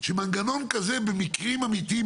שמנגנון כזה במקרים אמיתיים,